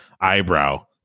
eyebrow